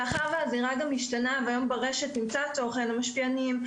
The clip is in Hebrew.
מאחר והאווירה גם משתנה והיום ברשת נמצא תוכן המשפיענים,